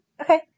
Okay